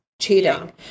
cheating